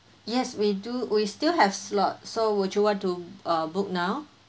yes we do we still have slot so would you want to err book now